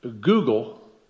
Google